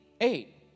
Eight